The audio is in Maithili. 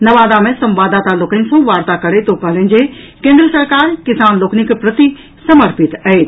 नवादा मे संवाददाता लोकनि सँ वार्ता करैत ओ कहलनि जे केंद्र सरकार किसान लोकनिक प्रति समर्पित अछि